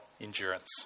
endurance